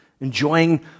Enjoying